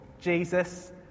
Jesus